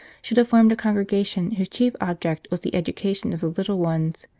should have formed a congregation whose chief object was the education of the little ones.